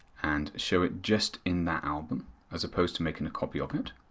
and show it just in that album as opposed to making a copy of it,